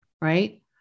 right